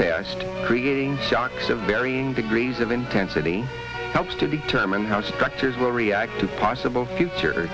terrorist creating shocks of varying degrees of intensity helps to determine how structures will react to possible future